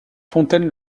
fontaine